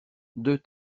deux